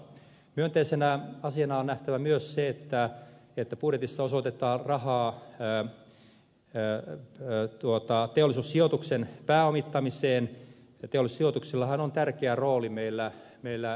myönteisenä asiana on nähtävä myös se että budjetissa osoitetaan rahaa teollisuussijoituksen pääomittamiseen ja teollisuussijoituksellahan on tärkeä rooli meillä pääomarahoittajana